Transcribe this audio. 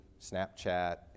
Snapchat